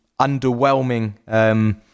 underwhelming